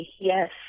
Yes